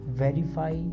verify